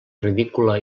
ridícula